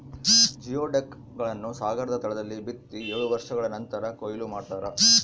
geoduck ಗಳನ್ನು ಸಾಗರದ ತಳದಲ್ಲಿ ಬಿತ್ತಿ ಏಳು ವರ್ಷಗಳ ನಂತರ ಕೂಯ್ಲು ಮಾಡ್ತಾರ